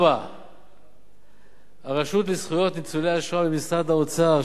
4. הרשות לזכויות ניצולי השואה במשרד האוצר,